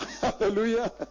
Hallelujah